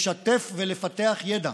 לשתף ולפתח ידע,